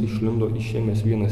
išlindo išėmęs vieną